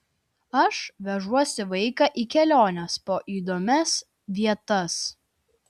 aš vežuosi vaiką į keliones po įdomias vietas